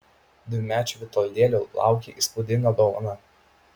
dvimečio vitoldėlio laukė įspūdinga dovana